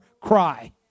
cry